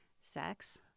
Sex